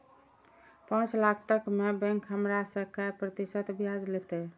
पाँच लाख तक में बैंक हमरा से काय प्रतिशत ब्याज लेते?